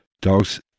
dogs